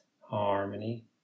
harmony